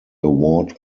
award